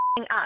up